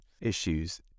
issues